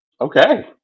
okay